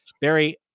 Barry